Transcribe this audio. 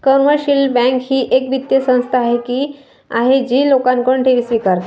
commercial bank ही एक वित्तीय संस्था आहे जी लोकांकडून ठेवी स्वीकारते